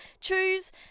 choose